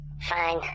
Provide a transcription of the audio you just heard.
Fine